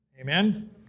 Amen